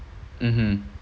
mmhmm